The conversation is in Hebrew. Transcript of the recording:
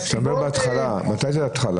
אתה אומר בהתחלה, מתי זה ההתחלה?